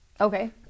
Okay